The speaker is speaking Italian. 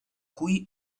qui